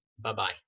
Bye-bye